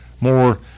more